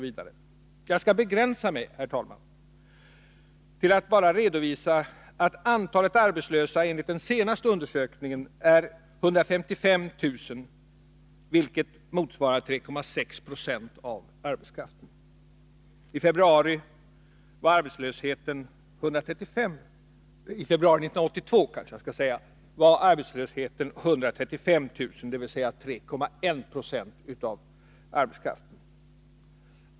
Jag skall begränsa mig, herr talman, till att bara redovisa att antalet arbetslösa enligt den senaste undersökningen är 155 000, vilket motsvarar 3,6 Z6 av arbetskraften. I februari 1982 var antalet 135 000, dvs. 3,1 90 av arbetskraften.